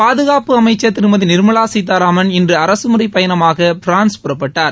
பாதுகாப்பு அமைச்சர் திருமதி நிர்மலா சீதாராமன் இன்று அரசு முறை பயணமாக பிரான்ஸ் புறப்பட்டார்